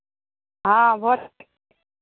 हँ बोलह